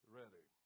ready